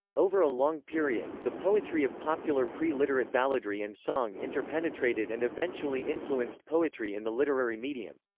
over a long period, the poetry of popular pre-literate balladry and song interpenetrated and eventually influenced poetry in the literary medium.